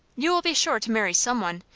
you will be sure to marry some one.